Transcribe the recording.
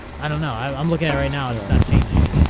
i don't know i i'm looking at right now and is not changing.